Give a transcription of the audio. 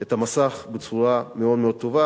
את המסך בצורה מאוד מאוד טובה.